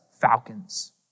Falcons